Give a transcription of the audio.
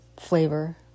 flavor